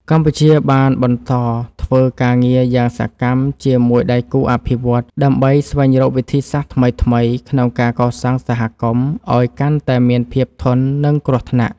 កម្ពុជាបានបន្តធ្វើការងារយ៉ាងសកម្មជាមួយដៃគូអភិវឌ្ឍន៍ ដើម្បីស្វែងរកវិធីសាស្ត្រថ្មីៗក្នុងការកសាងសហគមន៍ឱ្យកាន់តែមានភាពធន់នឹងគ្រោះថ្នាក់។